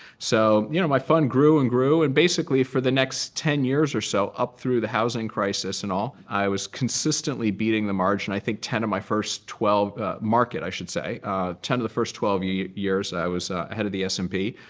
so you know my fund grew and grew. and basically for the next ten years or so up through the housing crisis and all, i was consistently beating the margin. i think ten of my first twelve market, i should say ten of the first twelve years i was ahead of the s and p.